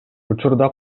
учурда